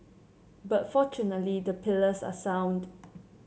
but fortunately the pillars are sound